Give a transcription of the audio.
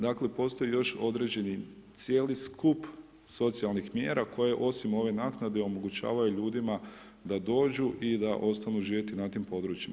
Dakle, postoji još određeni cijeli skup socijalnih mjera koje osim ove naknade, omogućavaju ljudima da dođu i da ostanu živjeti na tim područjima.